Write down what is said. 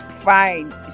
fine